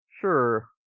Sure